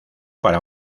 para